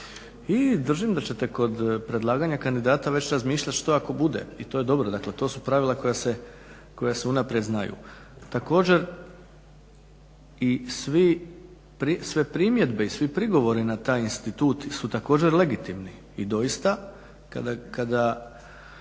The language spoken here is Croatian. I držim da ćete kod predlaganja kandidata već razmišljati što ako bude, i to je dobro, dakle to su pravila koja se unaprijed znaju. Također i sve primjedbe i svi prigovori na taj institut su također legitimni, i doista kada